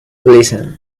listen